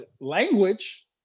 language